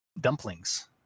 dumplings